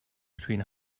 between